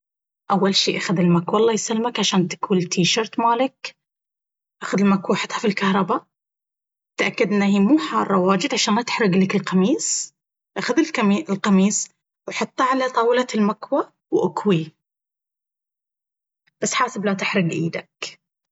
أول شي أخذ المكوة الله يسلمك عشان تكوي التيشرت مالك، أخذ المكوة وحطها في الكهرباء، تأكد ان هي مو حارة واجد عشان لا تحرق لك القميص، أخذ القميص وحطه على طاولة المكوة وأكويه!! بس حاسب لا تحرق أيدك.